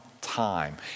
time